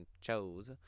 chose